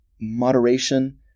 moderation